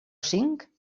cinc